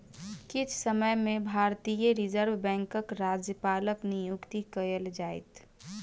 किछ समय में भारतीय रिज़र्व बैंकक राज्यपालक नियुक्ति कएल जाइत